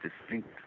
distinct